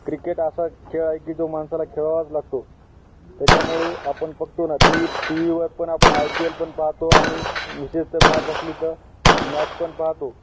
cricket असा खेळ आहे की जो माणसाला खेळावाच लागतो त्याच्यामुळे आपण बघतो ना टी टी व्हीवर पण आपण आय पी एल पण पाहतो आणि विशेषत मॅच असली तर मॅच पण पाहतो